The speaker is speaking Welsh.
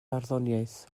barddoniaeth